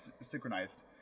synchronized